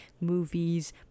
movies